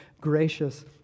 gracious